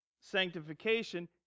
sanctification